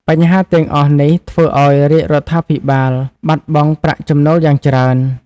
បញ្ហាទាំងអស់នេះធ្វើឲ្យរាជរដ្ឋាភិបាលបាត់បង់ប្រាក់ចំណូលយ៉ាងច្រើន។